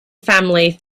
family